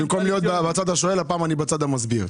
במקום להיות בצד השואל, הפעם אני בצד המסביר.